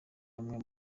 bamwe